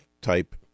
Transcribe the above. type